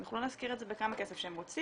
הם יוכלו להשכיר את זה בכמה כסף שהם רוצים,